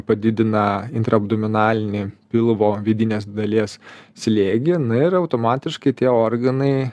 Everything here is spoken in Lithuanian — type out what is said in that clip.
padidina intraabdominalinį pilvo vidinės dalies slėgį na ir automatiškai tie organai